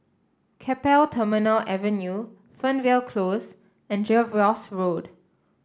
Keppel Terminal Avenue Fernvale Close and Jervois Road